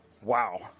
wow